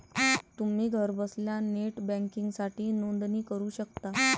तुम्ही घरबसल्या नेट बँकिंगसाठी नोंदणी करू शकता